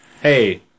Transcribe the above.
Hey